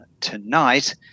tonight